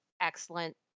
excellent